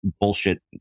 bullshit